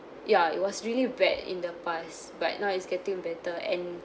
ya it was really bad in the past but now it's getting better and